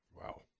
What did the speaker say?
Wow